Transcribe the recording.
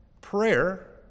prayer